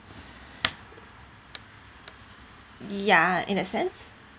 ya in that sense